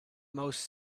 most